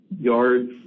yards